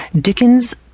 Dickens